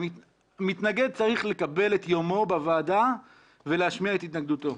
מתנגד צריך לקבל את יומו בוועדה ולהשמיע את התנגדותו,